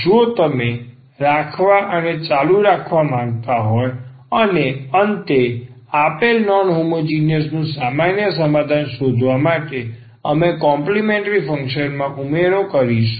જો તમે રાખવા અને ચાલુ રાખવા માંગતા હોવ અને અંતે આપેલ નોન હોમોજીનીયસ નું સામાન્ય સમાધાન શોધવા માટે અમે કોમ્પલિમેન્ટ્રી ફંક્શન માં ઉમેરો કરીશું